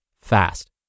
fast